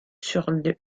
sur